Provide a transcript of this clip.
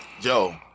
Yo